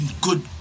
Good